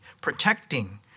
protecting